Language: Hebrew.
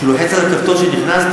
כשהוא לוחץ על הכפתור שנכנסתי,